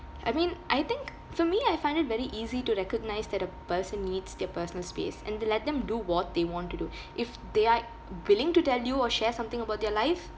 I mean I think for me I find it very easy to recognise that a person needs their personal space and then let them do what they want to do if they are willing to tell you or share something about their life